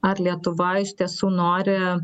ar lietuva iš tiesų nori